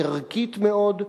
ערכית מאוד.